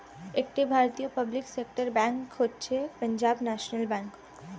একটি ভারতীয় public sector bank হচ্ছে পাঞ্জাব ন্যাশনাল ব্যাঙ্ক